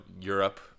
Europe